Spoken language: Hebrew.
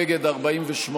נגד 48,